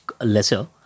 lesser